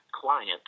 client